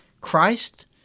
Christ